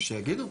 שיגידו.